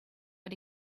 but